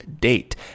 date